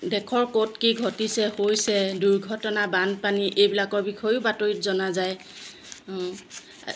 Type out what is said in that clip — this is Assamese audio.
দেশৰ ক'ত কি ঘটিছে হৈছে দুৰ্ঘটনা বানপানী এইবিলাকৰ বিষয়েও বাতৰিত জনা যায়